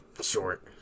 short